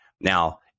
Now